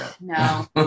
No